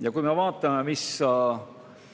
Ja kui me vaatame, mis on